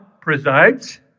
presides